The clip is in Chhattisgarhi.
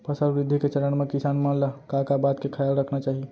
फसल वृद्धि के चरण म किसान मन ला का का बात के खयाल रखना चाही?